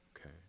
okay